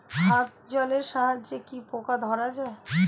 হাত জলের সাহায্যে কি পোকা ধরা যায়?